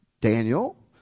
Daniel